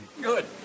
Good